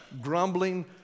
grumbling